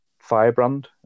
firebrand